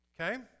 Okay